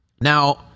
Now